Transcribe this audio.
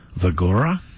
Vagora